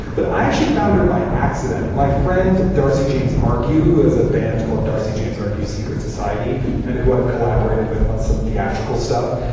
but i actually found her by accident. my friend darcy james argue, who has a band called darcy james argue secret society and who have collaborated with on some theatrical stuff.